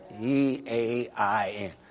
E-A-I-N